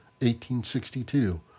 1862